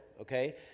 okay